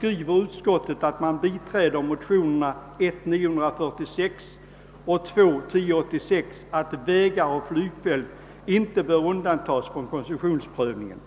biträder utskottet önskemålet i motionerna 1: 946 och II: 1086 att vägar och flygfält inte bör undantas från koncessionsprövningen.